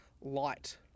light